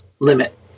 limit